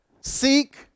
seek